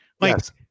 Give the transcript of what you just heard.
Yes